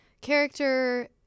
character